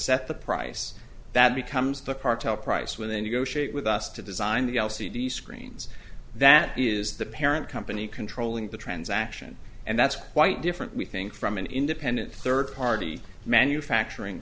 set the price that becomes the cartel price when they negotiate with us to design the l c d screens that is the parent company controlling the transaction and that's quite different we think from an independent third party manufacturing